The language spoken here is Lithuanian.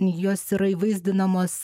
jos yra įvaizdinamos